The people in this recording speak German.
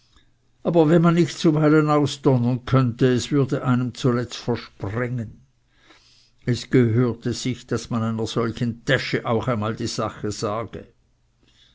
aber wenn man nicht zuweilen ausdonnern könnte es würde einem zuletzt versprengen es gehörte sich daß man einer solchen täsche auch einmal die sache sagte